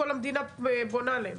כל המדינה בונה עליהן.